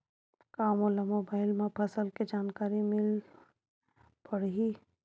का मोला मोबाइल म फसल के जानकारी मिल पढ़ही?